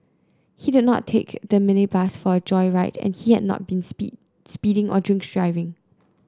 he did not take the minibus for a joyride and he had not been speed speeding or drink driving